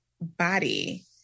body